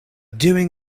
doing